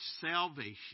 salvation